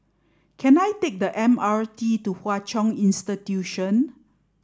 can I take the M R T to Hwa Chong Institution